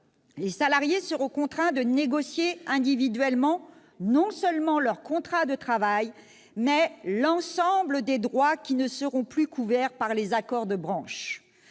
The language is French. les salariés seront contraints de négocier individuellement non seulement leur contrat de travail, mais aussi l'ensemble des droits qui ne seront plus couverts par les accords de branche.